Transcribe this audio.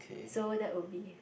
so that would be